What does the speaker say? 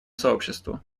сообществу